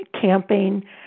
camping